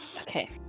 Okay